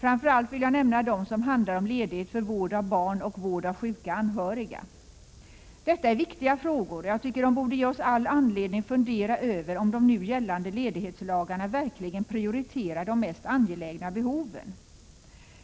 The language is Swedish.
Framför allt vill jag nämna dem som handlar om ledighet för vård av barn och vård av sjuka anhöriga. Detta är viktiga frågor, och jag tycker de borde ge oss all anledning fundera över om de nu gällande ledighetslagarna verkligen prioriterar de mest angelägna behoven.